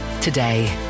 today